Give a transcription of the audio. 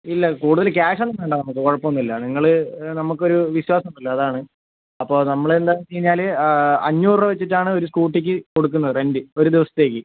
ഇല്ല കൂടുതൽ ക്യാഷ് ഒന്നും വേണ്ട നമുക്ക് കുഴപ്പമൊന്നുമില്ല നിങ്ങൾ നമുക്ക് ഒരു വിശ്വാസം ഉണ്ടല്ലോ അതാണ് അപ്പോൾ നമ്മൾ എന്താണെന്നുവെച്ചുകഴിഞ്ഞാൽ അഞ്ഞൂറുരൂപ വെച്ചിട്ടാണ് ഒരു സ്കൂട്ടിക്ക് കൊടുക്കുന്നത് റെൻറ് ഒരു ദിവസത്തേക്ക്